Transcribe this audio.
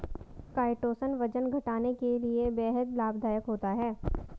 chitosan वजन घटाने के लिए बेहद लाभदायक होता है